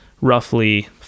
roughly